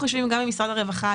אנחנו יושבים גם עם משרד הרווחה,